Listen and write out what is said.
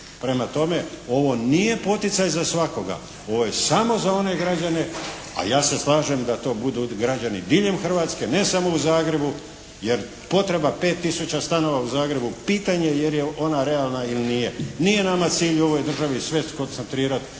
Prema tome ovo nije poticaj za svakoga, ovo je samo za one građane, a ja se slažem da to budu građani diljem Hrvatske ne samo u Zagrebu, jer potreba 5 tisuća stanova u Zagrebu pitanje je jel' je ona realna ili nije. Nije nama cilj u ovoj državi sve skoncentrirati